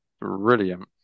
brilliant